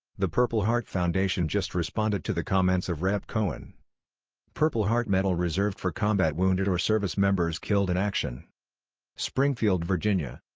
the purple heart foundation just responded to the comments of rep cohen purple heart medal reserved for combat wounded or service members killed in action springfield, va. yeah and